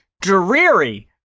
dreary